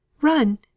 run